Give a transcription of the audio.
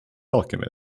alchemist